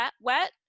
wet